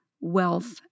wealth